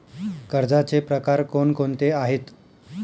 कर्जाचे प्रकार कोणकोणते आहेत?